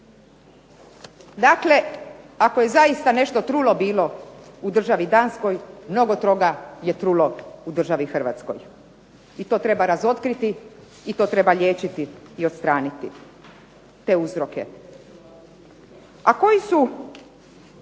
Dakle, ako je zaista nešto trulo bilo u državi Danskoj mnogo toga je trulo u državi Hrvatskoj i to treba razotkriti i to treba liječiti i odstraniti te uzroke. A koji su